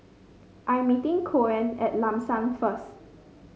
I am meeting Koen at Lam San first